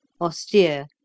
Austere